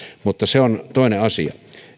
mutta se on toinen asia